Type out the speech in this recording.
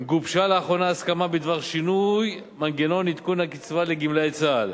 גובשה לאחרונה הסכמה בדבר שינוי מנגנון עדכון הקצבה לגמלאי צה"ל,